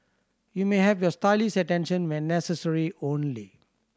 you may have your stylist's attention when necessary only